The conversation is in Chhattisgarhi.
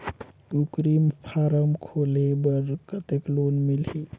कूकरी फारम खोले बर कतेक लोन मिलही?